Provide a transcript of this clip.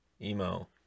emo